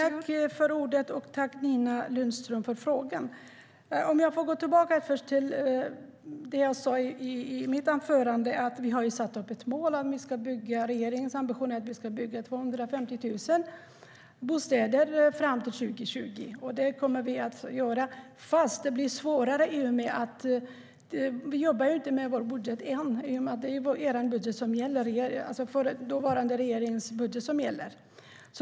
Fru talman! Tack, Nina Lundström, för frågorna! Låt mig först gå tillbaka till vad jag sa i mitt anförande. Regeringens ambition är att bygga 250 000 bostäder fram till 2020. Det kommer vi att göra, men det blir svårare i och med att vi inte jobbar med vår egen budget. Det är den dåvarande regeringens budget som gäller.